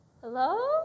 Hello